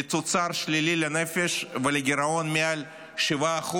לתוצר שלילי לנפש ולגירעון מעל 7%,